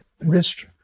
wrist